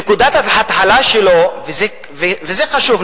נקודת ההתחלה שלו, וזה חשוב.